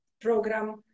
program